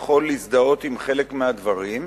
יכול להזדהות עם חלק מהדברים,